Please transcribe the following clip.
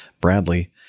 Bradley